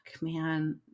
man